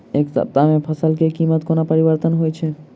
एक सप्ताह मे फसल केँ कीमत कोना परिवर्तन होइ छै?